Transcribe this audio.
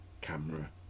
camera